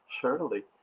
surely